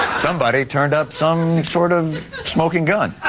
somebody turned up some sort of smoking gun.